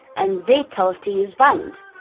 and they tell us to use violence.